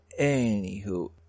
anywho